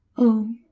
oh,